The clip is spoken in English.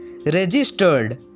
registered